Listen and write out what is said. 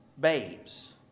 babes